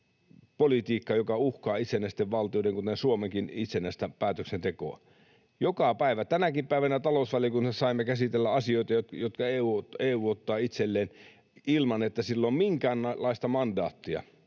politiikka, joka uhkaa itsenäisten valtioiden, kuten Suomenkin, itsenäistä päätöksentekoa. Joka päivä, tänäkin päivänä talousvaliokunnassa, saamme käsitellä asioita, jotka EU ottaa itselleen ilman, että sillä on minkäänlaista mandaattia,